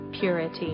purity